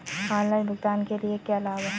Online भुगतान के क्या लाभ हैं?